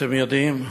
אתם יודעים,